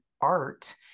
art